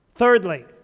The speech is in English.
Thirdly